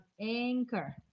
Anchor